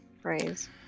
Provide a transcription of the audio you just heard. phrase